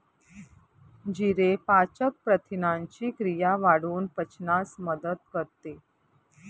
जिरे पाचक प्रथिनांची क्रिया वाढवून पचनास मदत करते